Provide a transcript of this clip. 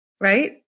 Right